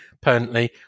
permanently